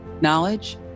knowledge